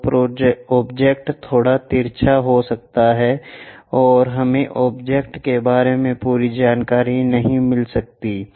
तो ऑब्जेक्ट थोड़ा तिरछा हो सकता है और हमें ऑब्जेक्ट के बारे में पूरी जानकारी नहीं मिल सकती है